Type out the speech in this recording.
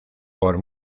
por